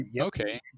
Okay